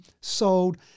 sold